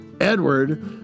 Edward